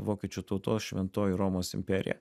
vokiečių tautos šventoji romos imperija